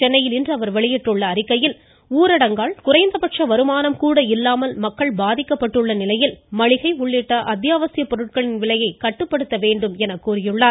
சென்னையில் இன்று அவர் வெளியிட்டுள்ள அறிக்கையில் ஊரடங்கால் குறைந்தபட்ச வருமானம் கூட இல்லாமல் மக்கள் பாதிக்கப்பட்டுள்ள நிலையில் மளிகை உள்ளிட்ட அத்தியாவசியப் பொருட்களின் விலையை கட்டுப்படுத்த வேண்டும் என கூறியுள்ளார்